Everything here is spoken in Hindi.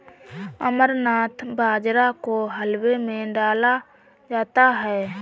अमरनाथ बाजरा को हलवे में डाला जाता है